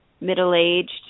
middle-aged